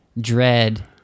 dread